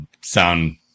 sound